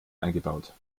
eingebaut